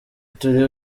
turi